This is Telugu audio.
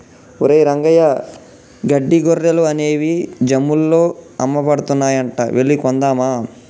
ఒరేయ్ రంగయ్య గడ్డి గొర్రెలు అనేవి జమ్ముల్లో అమ్మబడుతున్నాయంట వెళ్లి కొందామా